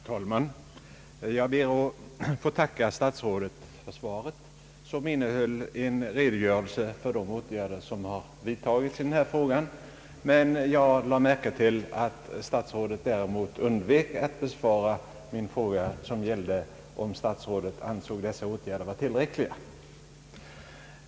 Herr talman! Jag ber att få tacka statsrådet för svaret. Det innehöll en redogörelse för de åtgärder som vidtagits i denna fråga, men jag lade märke till att statsrådet däremot undvek att besvara min fråga som gällde om statsrådet ansåg att dessa åtgärder var till räckliga.